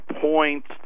points